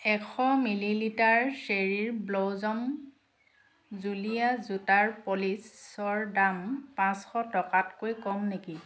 এশ মিলিলিটাৰ চেৰীৰ ব্ল'জম জুলীয়া জোতাৰ প'লিচৰ দাম পাঁচশ টকাতকৈ কম নেকি